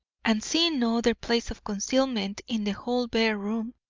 and seeing no other place of concealment in the whole bare room,